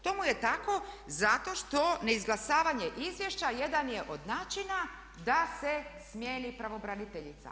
Tomu je tako zato što neizglasavanje izvješća jedan je od načina da se smijeni pravobraniteljica.